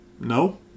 No